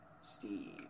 Steve